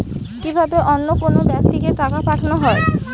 কি ভাবে অন্য কোনো ব্যাক্তিকে টাকা পাঠানো হয়?